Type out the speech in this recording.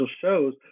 shows